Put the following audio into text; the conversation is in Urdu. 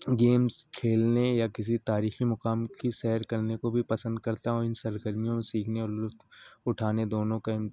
گیمس کھیلنے یا کسی تاریخی مقام کی سیر کرنے کو بھی پسند کرتا ہوں ان سرگرمیوں میں سیکھنے اور لطف اٹھانے دونوں کا